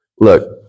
look